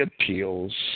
appeals